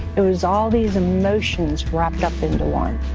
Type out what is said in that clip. it was all these emotions wrapped up into one